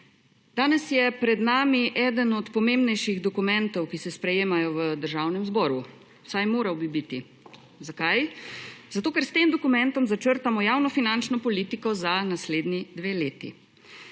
Danes je pred nami eden od pomembnejših dokumentov, ki se sprejemajo v Državnem zboru. Vsaj moral bi biti. Zakaj? Zato ker s tem dokumentom začrtamo javnofinančno politiko za naslednji dve leti.